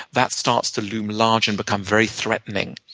that starts to loom large and become very threatening.